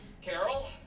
Carol